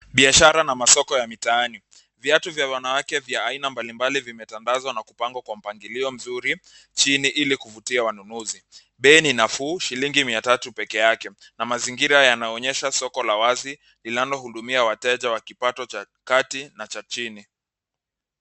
Biashara na masoko ya mitaani. Viatu vya wanawake vya aina mbalimbali vimetandazwa na kupangwa kwa mpangilio mzuri Chini, ili kuvutia wanunuzi. Bei ni nafuu, shilingi mia tatu peke yake, na mazingira yanaonyesha soko la wazi linalohudumia wateja wa kipato cha Kati na cha Chini.